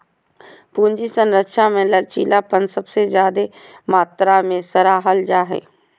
पूंजी संरचना मे लचीलापन सबसे ज्यादे मात्रा मे सराहल जा हाई